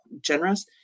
generous